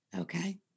Okay